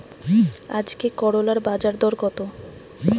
আজকে করলার বাজারদর কত?